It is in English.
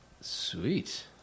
Sweet